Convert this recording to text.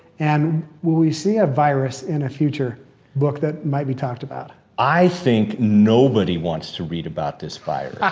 and will we see a virus in a future book that might be talked about? i think nobody wants to read about this virus.